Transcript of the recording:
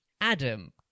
Adam